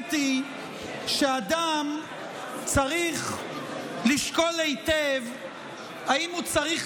האמת היא שאדם צריך לשקול היטב אם הוא צריך